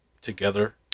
together